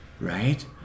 Right